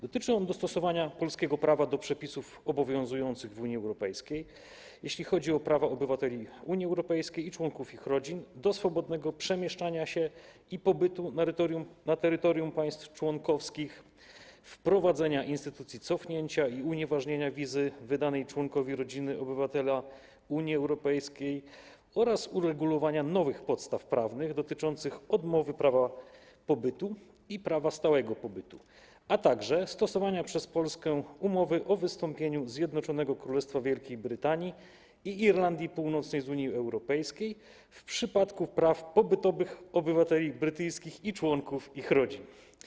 Dotyczy on dostosowania polskiego prawa do przepisów obowiązujących w Unii Europejskiej, jeśli chodzi o prawa obywateli Unii Europejskiej i członków ich rodzin do swobodnego przemieszczania się i pobytu na terytorium państw członkowskich, wprowadzenia instytucji cofnięcia i unieważnienia wizy wydanej członkowi rodziny obywatela Unii Europejskiej oraz uregulowania nowych podstaw prawnych dotyczących odmowy prawa pobytu i prawa stałego pobytu, a także stosowania przez Polskę umowy o wystąpieniu Zjednoczonego Królestwa Wielkiej Brytanii i Irlandii Północnej z Unii Europejskiej w przypadku praw pobytowych obywateli brytyjskich i członków ich rodzin.